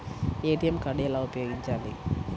ATM card ఎలా ఉపయోగించాలి?